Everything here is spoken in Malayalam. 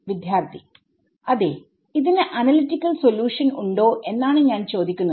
വിദ്യാർത്ഥി അതേ ഇതിന് അനലിറ്റിക്കൽ സൊല്യൂഷൻ ഉണ്ടോ എന്നാണ് ഞാൻ ചോദിക്കുന്നത്